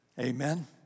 amen